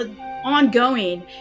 ongoing